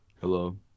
hello